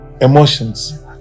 emotions